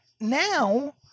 now